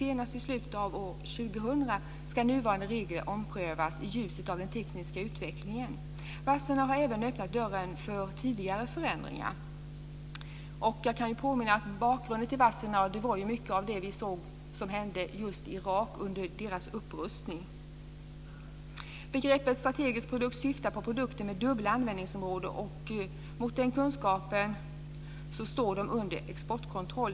Senast i slutet av år 2000 ska nuvarande regler omprövas i ljuset av den tekniska utvecklingen. Wassenaar har även öppnat dörren för tidigare förändringar. Jag kan påminna om att bakgrunden till Wassenaar var mycket av det som vi såg hände i Irak under landets upprustning. Begreppet strategisk produkt syftar på produkter med dubbla användningsområden, och mot den kunskapen står de under exportkontroll.